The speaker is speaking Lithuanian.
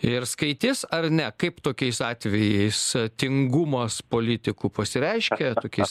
ir skaitys ar ne kaip tokiais atvejais tingumas politikų pasireiškia tokiais